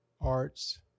arts